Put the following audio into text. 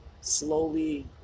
slowly